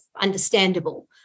understandable